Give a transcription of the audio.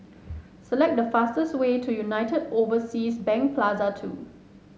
select the fastest way to United Overseas Bank Plaza Two